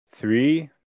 three